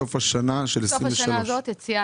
סוף השנה של 2023. בסוף השנה הזאת יציאה